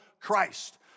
Christ